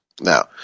now